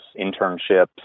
internships